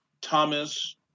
Thomas